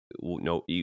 No